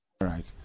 Right